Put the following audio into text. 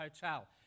hotel